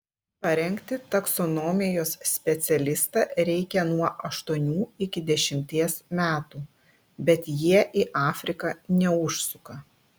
parengti taksonomijos specialistą reikia nuo aštuonių iki dešimties metų bet jie į afriką neužsuka